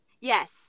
Yes